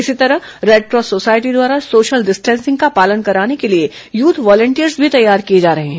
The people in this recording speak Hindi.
इसी तरह रेडक्रॉस सोसायटी द्वारा सोशल डिस्टेंसिंग का पालन कराने के लिए यूथ वॉलिंटियर्स भी तैयार किए जा रहे हैं